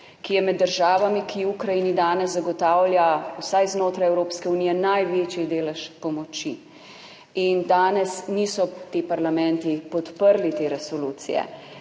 ki je med državami, ki Ukrajini danes zagotavlja vsaj znotraj Evropske unije največji delež pomoči in danes niso ti parlamenti podprli te resolucije.